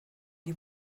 die